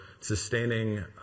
sustaining